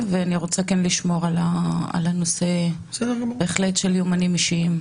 ואני רוצה לשמור על הנושא של יומנים אישיים.